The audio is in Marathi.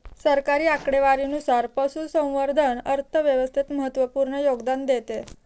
सरकारी आकडेवारीनुसार, पशुसंवर्धन अर्थव्यवस्थेत महत्त्वपूर्ण योगदान देते